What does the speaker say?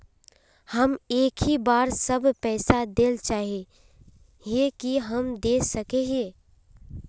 हम एक ही बार सब पैसा देल चाहे हिये की हम दे सके हीये?